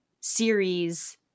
series